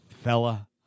fella